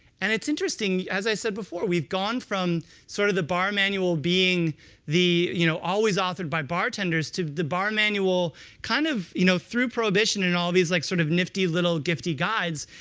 and it's interesting, as i said before, we've gone from sort of the bar manual being you know always authored by bartenders to the bar manual kind of you know through prohibition and all these like sort of nifty little gifty guides,